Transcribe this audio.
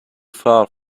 far